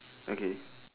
okay